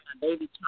baby